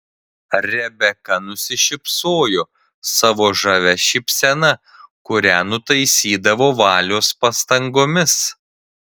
rebeka nusišypsojo savo žavia šypsena kurią nutaisydavo valios pastangomis